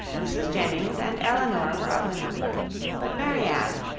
mrs. jennings and elinor were of the number but marianne,